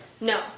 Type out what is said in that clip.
No